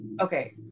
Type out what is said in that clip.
okay